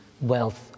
wealth